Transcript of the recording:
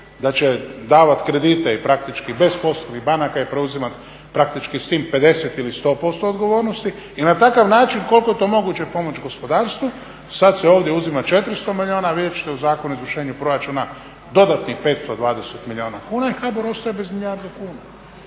da će davati kredite i praktički bez poslovnih banaka preuzimati praktički s tim 50 ili 100% odgovornosti i na takav način koliko je to moguće pomoći gospodarstvu, sad se ovdje uzima 400 milijuna a vidjet ćete u Zakonu o izvršenju proračuna dodatnih 520 milijuna kuna i HBOR ostaje bez milijardu kuna.